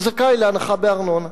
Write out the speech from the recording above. הוא זכאי להנחה בארנונה.